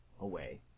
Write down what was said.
away